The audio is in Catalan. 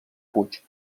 puig